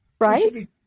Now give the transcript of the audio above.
Right